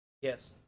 Yes